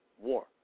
war